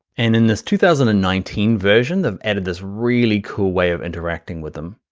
and in this two thousand and nineteen version, of editor's really cool way of interacting with them.